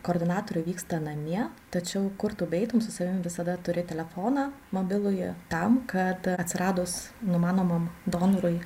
koordinatorių vyksta namie tačiau kur tu beeitum su savimi visada turi telefoną mobilųjį tam kad atsiradus numanomam donorui